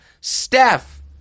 Steph